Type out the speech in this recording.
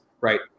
right